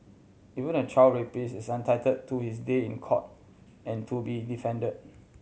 even a child rapist is entitled to his day in court and to be defended